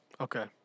Okay